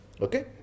Okay